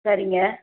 சரிங்க